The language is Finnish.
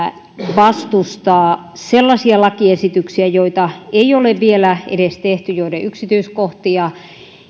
vastustaa sellaisia lakiesityksiä joita ei ole vielä edes tehty ja joiden yksityiskohtia